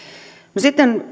no sitten